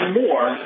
more